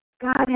God